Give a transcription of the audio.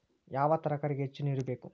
ಯಾವ ತರಕಾರಿಗೆ ಹೆಚ್ಚು ನೇರು ಬೇಕು?